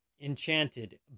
enchanted